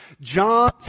John